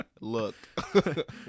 Look